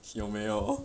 有没有